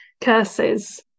curses